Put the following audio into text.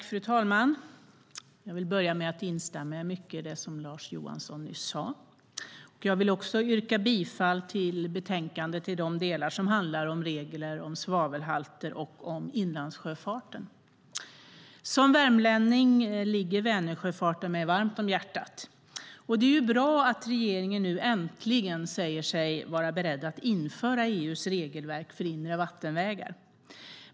Fru talman! Jag vill börja med att instämma i mycket av det som Lars Johansson sade och yrka bifall till utskottets förslag i betänkandet i de delar som handlar om regler för svavelhalter och om inlandssjöfarten. Som värmlänning ligger Vänersjöfarten mig varmt om hjärtat. Det är bra att regeringen äntligen säger sig vara beredd att införa EU:s regelverk för inre vattenvägar.